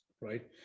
right